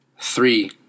three